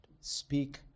Speak